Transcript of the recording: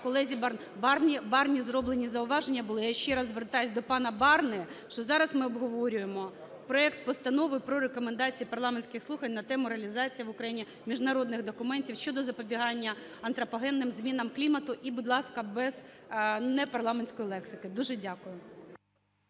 Барні. Барні зроблені зауваження були. Я ще раз звертаюсь до пана Барни, що зараз ми обговорюємо проект Постанови про Рекомендації парламентських слухань на тему: "Реалізація в Україні міжнародних документів щодо запобігання антропогенним змінам клімату". І, будь ласка, без непарламентської лексики. Дуже дякую.